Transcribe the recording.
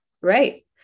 Right